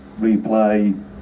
replay